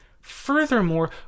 Furthermore